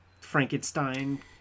Frankenstein